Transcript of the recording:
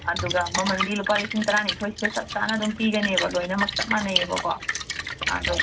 ꯑꯗꯨꯒ ꯃꯃꯟꯗꯤ ꯂꯨꯄꯥ ꯂꯤꯁꯤꯡ ꯇꯔꯥꯅꯤꯊꯣꯏꯁꯤꯗ ꯆꯞꯆꯥꯅ ꯑꯗꯨꯝ ꯄꯤꯒꯅꯦꯕ ꯂꯣꯏꯅꯃꯛ ꯆꯞ ꯃꯥꯟꯅꯩꯕꯀꯣ ꯑꯗꯨ